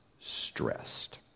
stressed